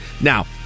Now